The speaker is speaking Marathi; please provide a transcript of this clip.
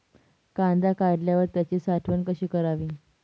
कांदा काढल्यावर त्याची साठवण कशी करावी?